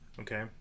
okay